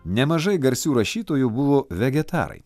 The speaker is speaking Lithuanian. nemažai garsių rašytojų buvo vegetarai